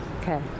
okay